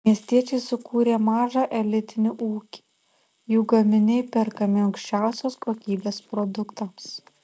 miestiečiai sukūrė mažą elitinį ūkį jų gaminiai perkami aukščiausios kokybės produktams